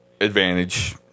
advantage